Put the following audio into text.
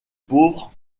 pauvres